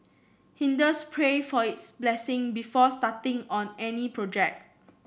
Hindus pray for his blessing before starting on any project